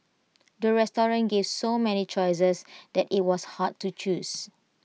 the restaurant gave so many choices that IT was hard to choose